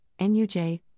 NUJ